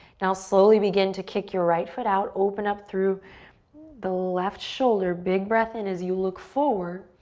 now slowly begin to kick your right foot out. open up through the left shoulder. big breath in as you look forward.